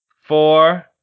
four